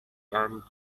and